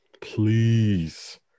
please